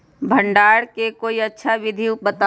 भंडारण के कोई अच्छा विधि बताउ?